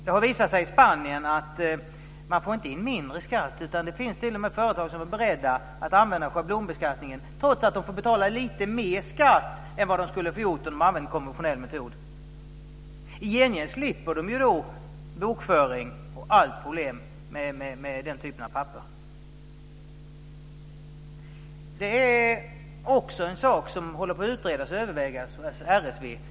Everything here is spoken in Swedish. Det har visat sig i Spanien att man inte får in mindre skatt, utan att det t.o.m. finns företag som är beredda att använda schablonbeskattningen trots att de får betala lite mer skatt än de skulle ha gjort om de hade använt en konventionell metod. I gengäld slipper de bokföring och alla problem med den typen av papper. Detta är också en sak som håller på att utredas och övervägas hos RSV.